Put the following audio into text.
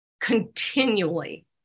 continually